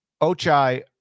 Ochai